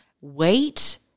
Wait